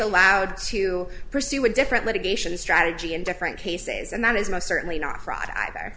allowed to pursue a different litigation strategy in different cases and that is most certainly not fraud either